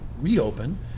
reopen